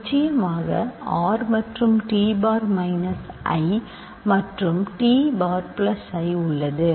நிச்சயமாக R மற்றும் t bar minus i மற்றும் t பார் பிளஸ் i உள்ளது